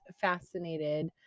fascinated